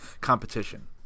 competition